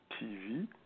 TV